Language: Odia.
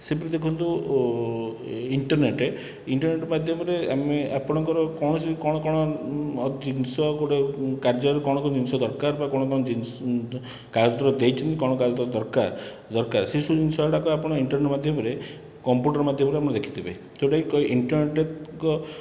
ସେହିପରି ଦେଖନ୍ତୁ ଇଣ୍ଟରନେଟ ଇଣ୍ଟରନେଟ ମାଧ୍ୟମରେ ଆମେ ଆପଣଙ୍କର କୌଣସି ବି କ'ଣ କ'ଣ ଜିନିଷ ଗୋଟିଏ କାର୍ଯ୍ୟରେ କ'ଣ କ'ଣ ଜିନଷ ଦରକାର ବା କ'ଣ କ'ଣ ଜିନିଷ କ'ଣ କାଗଜପତ୍ର ଦେଇଛନ୍ତି କ'ଣ କାଗଜପତ୍ର ଦରକାର ଦରକାର ସେସବୁ ଜିନଷ ଗୁଡ଼ାକ ଆପଣ ଇଣ୍ଟରନେଟ ମାଧ୍ୟମରେ କମ୍ପୁଟର ମାଧ୍ୟମରେ ଆପଣ ଲେଖିଦେବେ ଯେଉଁଟାକି ଇଣ୍ଟରନେଟ ଏକ